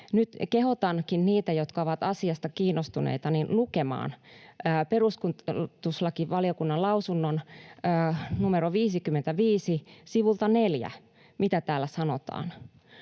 Nyt kehotankin niitä, jotka ovat asiasta kiinnostuneita, lukemaan perustuslakivaliokunnan lausunnon numerosta 55 sivulta 4, mitä siellä sanotaan: